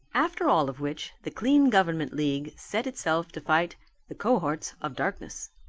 after all of which the clean government league set itself to fight the cohorts of darkness.